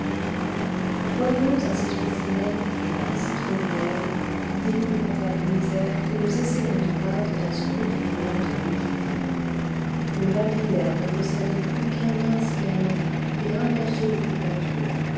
revenons à ce spécimen hélas trop réel d'épouvantable misère que nous essaierons de peindre dans son effrayante nudité le lapidaire ne possède plus qu'un mince matelas et un morceau de couverture